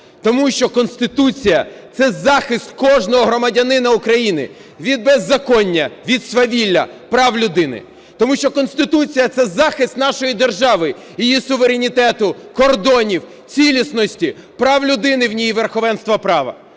Тому що Конституція – це захист кожного громадянина України від беззаконня, від свавілля, прав людини. Тому що Конституція – це захист нашої держави, її суверенітету, кордонів, цілісності, прав людини в ній і верховенства права.